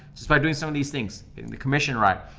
just by doing some of these, think the commission rate.